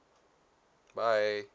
bye